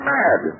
mad